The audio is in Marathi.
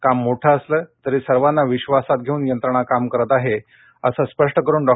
काम मोठं असले तर ऊर्वांना विश्वासात घेऊन यंत्रणा काम करत्ति आहेअसे स्पष्ट करून डॉ